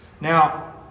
Now